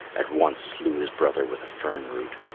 at once slew his brother with a fern root.